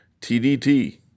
TDT